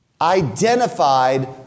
identified